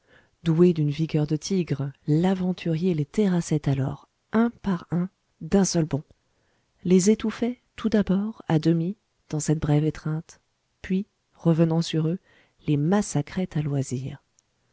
doué d'une vigueur de tigre l'aventurier les terrassait alors un par un d'un seul bond les étouffait tout d'abord à demi dans cette brève étreinte puis revenant sur eux les massacrait à loisir